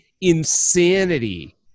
insanity